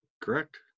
Correct